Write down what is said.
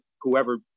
whoever